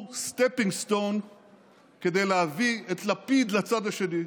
הוא stepping stone כדי להביא את לפיד לצד השני.